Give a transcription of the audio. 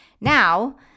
Now